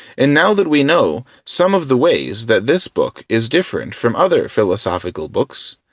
and now that we know some of the ways that this book is different from other philosophical books,